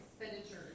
expenditures